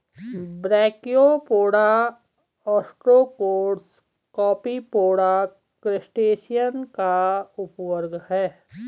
brachiopoda, ostracods, Copepoda, crustacean का उपवर्ग है